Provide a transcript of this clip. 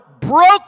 broke